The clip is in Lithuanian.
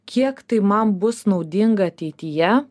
kiek tai man bus naudinga ateityje